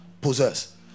Possess